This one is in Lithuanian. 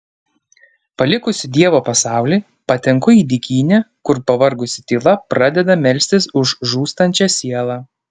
palikusi dievo pasaulį patenku į dykynę kur pavargusi tyla pradeda melstis už žūstančią sielą